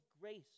grace